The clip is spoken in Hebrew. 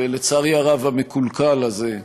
ולצערי הרב המקולקל הזה,